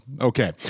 Okay